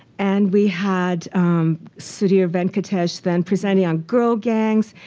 and we had sudhir venkatesh then presenting on girl gangs.